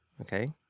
okay